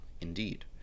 indeed